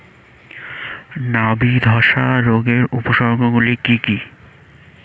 নাবি ধসা রোগের উপসর্গগুলি কি কি?